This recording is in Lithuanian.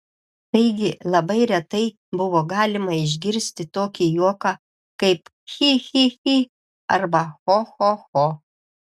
taigi labai retai buvo galima išgirsti tokį juoką kaip chi chi chi arba cho cho cho